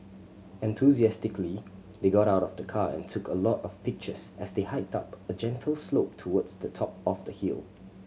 enthusiastically they got out of the car and took a lot of pictures as they hiked up a gentle slope towards the top of the hill